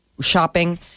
shopping